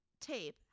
tape